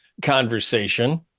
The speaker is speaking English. conversation